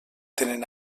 tenen